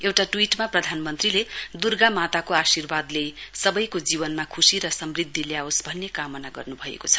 एउटा ट्वीटमा प्रधानमन्त्रीले दुर्गा माताको आर्शिवादले सवैको जीवनमा खुशी र समृध्दि ल्यावोस भन्ने कामना गर्नुभएको छ